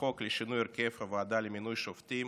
החוק לשינוי הרכב הוועדה למינוי שופטים